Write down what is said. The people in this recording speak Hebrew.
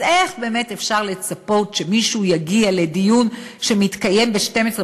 אז איך באמת אפשר לצפות שמישהו יגיע לדיון שמתקיים ב-24:00,